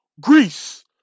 Greece